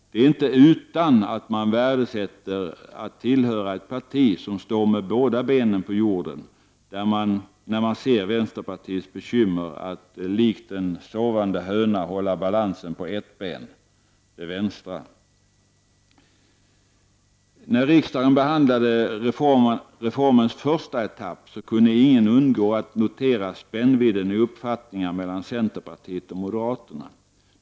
Det är inte utan att man värdesätter att tillhöra ett parti som står med båda benen på jorden, när man ser vänsterpartiets bekymmer att likt en sovande höna hålla balansen på ett ben — det vänstra. När riksdagen behandlade reformens första etapp kunde ingen undgå att notera spännvidden i uppfattningar mellan centerpartiet och moderaterna.